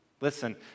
Listen